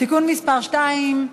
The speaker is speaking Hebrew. (תיקון מס' 2),